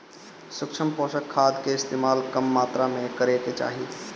सूक्ष्म पोषक खाद कअ इस्तेमाल कम मात्रा में करे के चाही